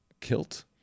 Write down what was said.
kilt